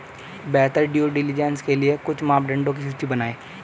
बेहतर due diligence के लिए कुछ मापदंडों की सूची बनाएं?